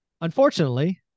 Unfortunately